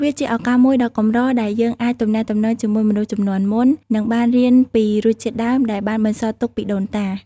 វាជាឱកាសមួយដ៏កម្រដែលយើងអាចទំនាក់ទំនងជាមួយមនុស្សជំនាន់មុន និងបានរៀនពីរសជាតិដើមដែលបានបន្សល់ទុកពីដូនតា។